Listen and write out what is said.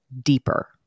deeper